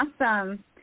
Awesome